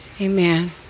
Amen